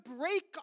break